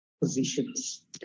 positions